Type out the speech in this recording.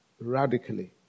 radically